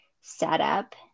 setup